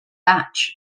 batch